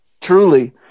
truly